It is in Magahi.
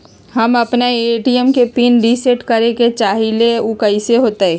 हम अपना ए.टी.एम के पिन रिसेट करे के चाहईले उ कईसे होतई?